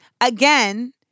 again